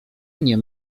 nie